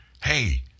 hey